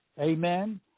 Amen